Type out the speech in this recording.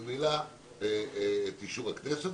וממילא את אישור הכנסת.